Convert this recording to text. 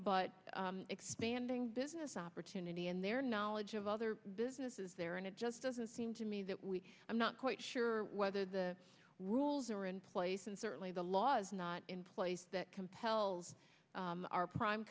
but expanding business opportunity and their knowledge of other business is there and it just doesn't seem to me that we i'm not quite sure whether the rules are in place and certainly the laws not in place that compels our prime